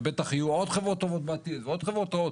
יהיו עוד חברות טובות בעתיד ועוד חברות רעות.